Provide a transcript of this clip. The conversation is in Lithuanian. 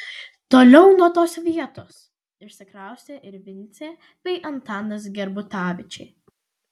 toliau nuo tos vietos išsikraustė ir vincė bei antanas gerbutavičiai